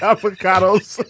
Avocados